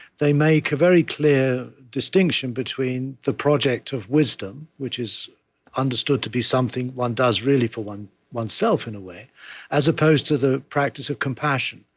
they make a very clear distinction between the project of wisdom which is understood to be something one does really for oneself, in a way as opposed to the practice of compassion,